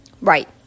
Right